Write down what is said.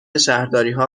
شهرداریها